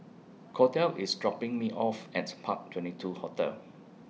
Cordell IS dropping Me off At Park twenty two Hotel